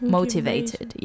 Motivated